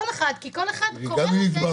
כי כל אחד קורא את זה --- וגם אם התברברו,